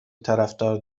طرفدار